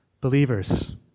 believers